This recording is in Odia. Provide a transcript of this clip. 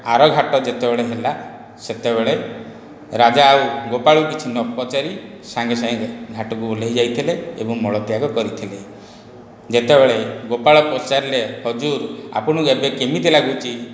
ଆର ଘାଟ ଯେତେବେଳେ ହେଲା ସେତେବେଳେ ରାଜା ଆଉ ଗୋପାଳକୁ କିଛି ନପଚାରି ସାଙ୍ଗେ ସାଙ୍ଗେ ଘାଟକୁ ଓହ୍ଲାଇ ଯାଇଥିଲେ ଏବଂ ମଳତ୍ୟାଗ କରିଥିଲେ ଯେତେବେଳେ ଗୋପାଳ ପଚାରିଲେ ହଜୁର ଆପଣଙ୍କୁ ଏବେ କେମିତି ଲାଗୁଛି